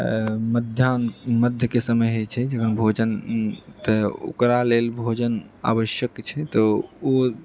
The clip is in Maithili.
मध्याह्न मध्यके समय होइत छै जहन भोजनके ओहि लेल आवश्यक छै तऽ ओ